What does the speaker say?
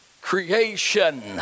creation